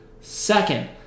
Second